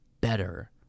better